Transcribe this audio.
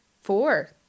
Four